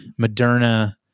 Moderna